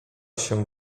się